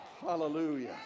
Hallelujah